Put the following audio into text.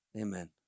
Amen